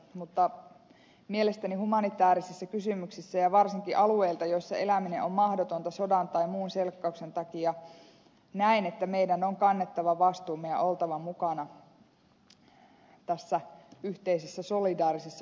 mutta mielestäni humanitaarisissa kysymyksissä ja varsinkin jos tullaan alueilta missä eläminen on mahdotonta sodan tai muun selkkauksen takia näen että meidän on kannettava vastuumme ja oltava mukana yhteisessä solidaarisessa ponnistelussa